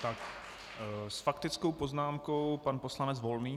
S faktickou poznámkou pan poslanec Volný.